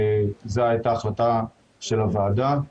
זו הייתה החלטת הוועדה,